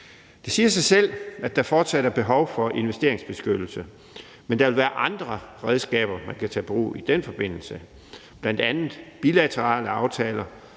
Det siger sig selv, at der fortsat er behov for investeringsbeskyttelse, men der vil være andre redskaber, man kan tage i brug i den forbindelse, bl.a. bilaterale aftaler,